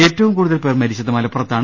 ഏറ്റവും കൂടുതൽ പേർ മരിച്ചത് മലപ്പുറ ത്താണ്